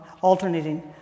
alternating